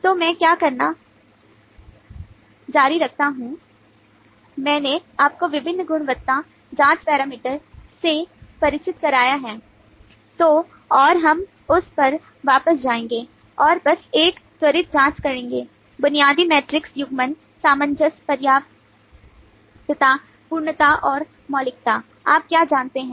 तो मैं क्या करना जारी रखता हूं मैंने आपको विभिन्न गुणवत्ता जांच पैरामीटर युग्मन सामंजस्य पर्याप्तता पूर्णता और मौलिकता आप क्या जानते हैं